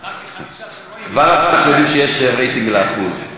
כבר אנחנו יודעים שיש רייטינג לאחוז.